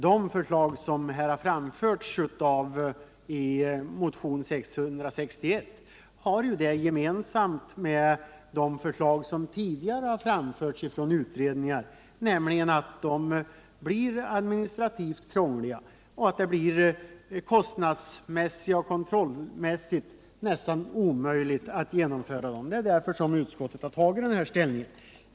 De förslag som har framförts i motionen 661 har det gemensamt med de förslag som tidigare har framförts från utredningen att de blir administrativt krångliga och att det kostnadsmässigt och kontrollmässigt blir nästan omöjligt att genomföra dem. Det är därför utskottet har tagit den här ställningen.